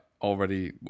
already